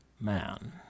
man